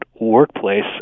workplace